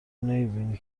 نمیبینی